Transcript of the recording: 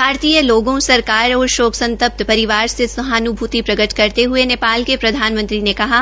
भारतीय लोगों सरकार और शोक संतप्त परिवार से सहान्भूति प्रकट करते हये नेपाल के प्रधानमंत्री ने कहा